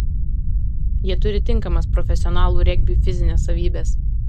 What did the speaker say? jie turi tinkamas profesionalų regbiui fizines savybes